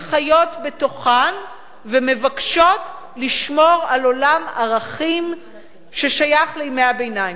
שחיות בתוכן ומבקשות לשמור על עולם ערכים ששייך לימי הביניים.